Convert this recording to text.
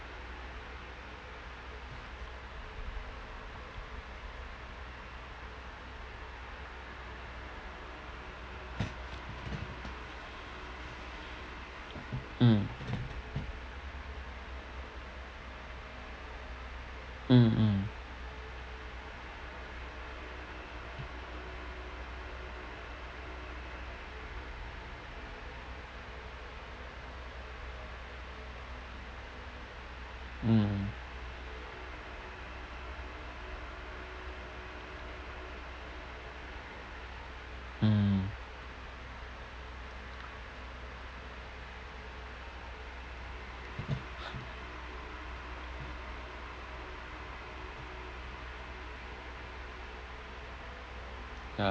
mm mmhmm mm mm